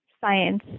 science